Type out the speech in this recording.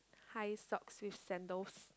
high socks with sandals